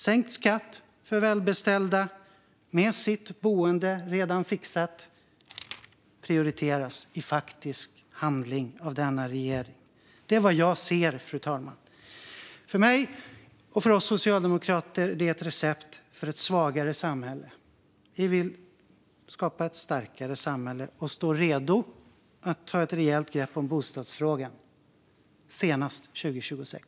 Sänkt skatt för välbeställda med boendet redan fixat prioriteras i faktisk handling av denna regering. Det är vad jag ser, fru talman. För mig, och för oss socialdemokrater, är det ett recept på ett svagare samhälle. Vi vill skapa ett starkare samhälle och står redo att ta ett rejält grepp om bostadsfrågan senast 2026.